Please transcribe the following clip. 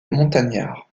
montagnard